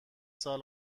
سال